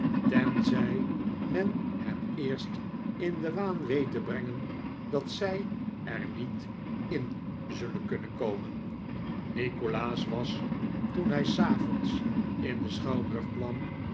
tenzij men hen eerst in den waan weet te brengen dat zij er niet in zullen kunnen komen nikolaas was toen hij s avonds in den schouwburg kwam